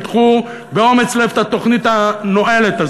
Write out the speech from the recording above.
תדחו באומץ לב את התוכנית הנואלת הזאת.